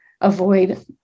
avoid